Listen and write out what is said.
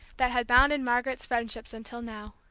that had bounded margaret's friendships until now.